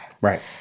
Right